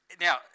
Now